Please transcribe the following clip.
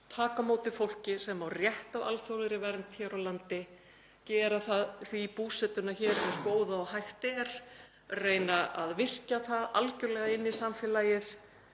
taka á móti fólki sem á rétt á alþjóðlegri vernd hér á landi, gera því búsetuna hér eins góða og hægt er, reyna að virkja það algerlega inn í samfélagið,